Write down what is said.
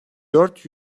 dört